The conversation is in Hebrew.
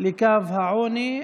לקו העוני),